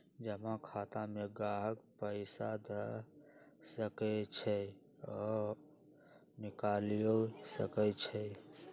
जमा खता में गाहक पइसा ध सकइ छइ आऽ निकालियो सकइ छै